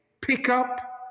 pickup